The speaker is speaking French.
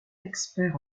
experts